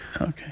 Okay